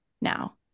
now